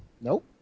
Nope